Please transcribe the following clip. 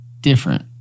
different